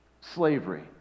slavery